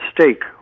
stake